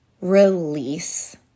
release